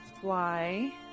Fly